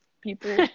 people